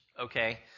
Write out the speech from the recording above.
okay